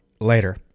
later